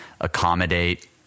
accommodate